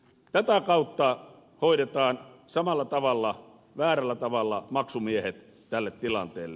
tätä kautta hoidetaan samalla tavalla väärällä tavalla maksumiehet tälle tilanteelle